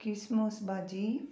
किसमूस भाजी